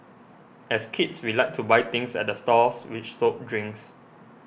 as kids we liked to buy things at the stalls which sold drinks